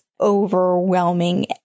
overwhelming